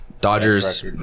Dodgers